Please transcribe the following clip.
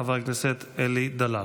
חבר הכנסת אלי דלל.